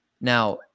Now